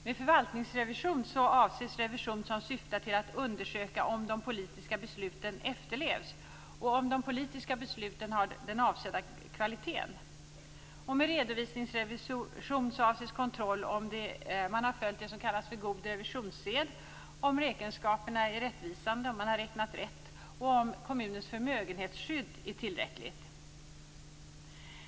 Med förvaltningsrevision avses revision som syftar till att undersöka om de politiska besluten efterlevs och om de politiska besluten har den avsedda kvaliteten. Med redovisningsrevision avses kontroll om man har följt det som anses vara god revisionssed, om räkenskaperna är rättvisande och om kommunens förmögenhetsskydd är tillräckligt.